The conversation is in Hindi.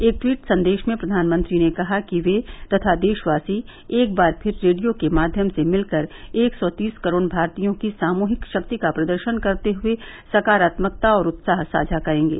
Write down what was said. एक ट्वीट संदेश में प्रधानमंत्री ने कहा कि वे तथा देशवासी एक बार फिर रेडियो के माध्यम से मिलकर एक सौ तीस करोड़ भारतीयों की सामूहिक शक्ति का प्रदर्शन करते हुए सकारात्मकता और उत्साह साझा करेंगे